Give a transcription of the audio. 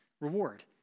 Reward